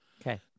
Okay